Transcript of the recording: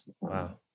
Wow